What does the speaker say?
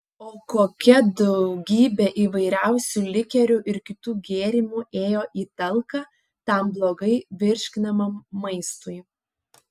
o kokia daugybė įvairiausių likerių ir kitų gėrimų ėjo į talką tam blogai virškinamam maistui